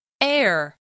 Air